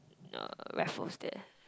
uh Raffles there